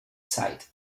sighed